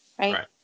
Right